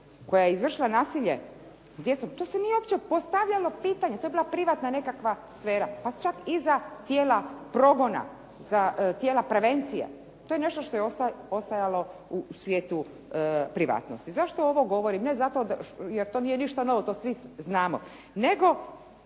koja je izvršila nasilje, to se nije uopće postavljalo pitanje, to je bila privatna nekakva sfera pa čak i za tijela progona, za tijela prevencije. To je nešto što je ostajalo u svijetu privatnosti. Zašto ovom govorim? Ne zato, jer to nije ništa, to svi znamo, nego